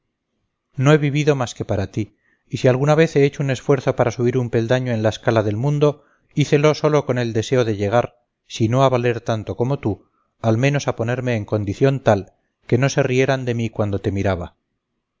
no he vivido más que para ti y si alguna vez he hecho un esfuerzo para subir un peldaño en la escala del mundo hícelo sólo con el deseo de llegar si no a valer tanto como tú al menos a ponerme en condición tal que no se rieran de mí cuando te miraba